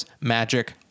Magic